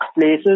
places